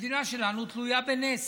המדינה שלנו תלויה בנס.